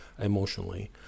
emotionally